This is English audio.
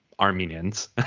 Armenians